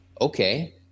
Okay